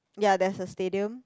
ya there's a stadium